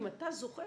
אם אתה זוכר,